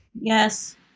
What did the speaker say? yes